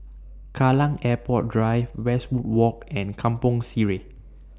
Kallang Airport Drive Westwood Walk and Kampong Sireh